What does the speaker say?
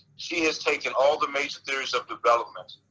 she has taken all the major theories of development,